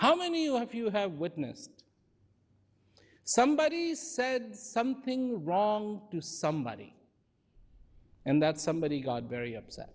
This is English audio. how many one of you have witnessed somebody said something wrong to somebody and that somebody got very upset